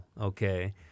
okay